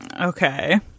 Okay